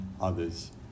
others